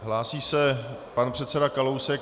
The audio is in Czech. Hlásí se pan předseda Kalousek.